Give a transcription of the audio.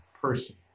person